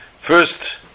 first